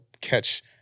catch